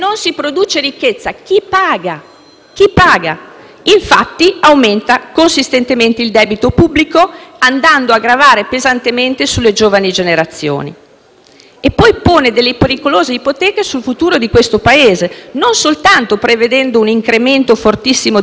chi paga? Infatti, aumenta consistentemente il debito pubblico, andando a gravare pesantemente sulle giovani generazioni. La manovra pone inoltre pericolose ipoteche sul futuro di questo Paese, non soltanto prevedendo un incremento fortissimo dell'IVA a partire dal 2022;